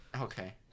Okay